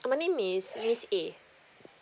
oh my name is miss a